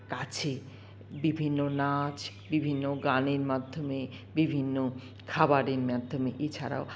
কাছে বিভিন্ন নাচ বিভিন্ন গানের মাধ্যমে বিভিন্ন খাবারের মাধ্যমে এছাড়াও